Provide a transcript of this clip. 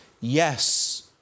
Yes